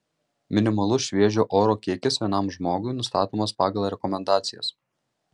minimalus šviežio oro kiekis vienam žmogui nustatomas pagal rekomendacijas